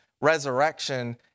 resurrection